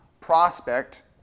prospect